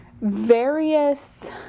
various